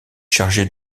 chargé